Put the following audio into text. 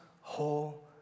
whole